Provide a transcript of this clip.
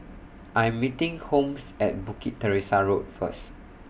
I'm meeting Holmes At Bukit Teresa Road First